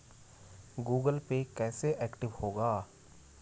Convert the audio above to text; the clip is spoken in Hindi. गूगल पे कैसे एक्टिव होगा?